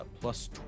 Plus